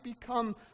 become